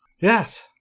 Yes